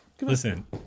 Listen